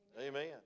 Amen